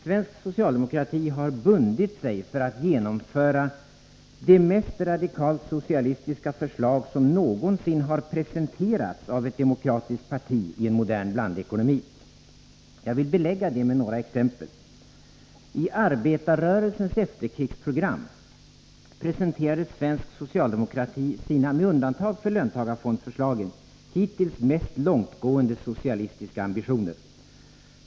Svensk socialdemokrati har bundit sig för att genomföra det mest radikala socialistiska förslag som någonsin har presenterats av ett demokratiskt parti i en modern blandekonomi. Jag vill belägga detta med några exempel. I Arbetarrörelsens efterkrigsprogram presenterade svensk socialdemokrati sina, med undantag för löntagarfondsförslagen, hittills mest långtgående socialistiska ambitioner.